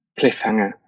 cliffhanger